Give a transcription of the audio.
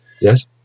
Yes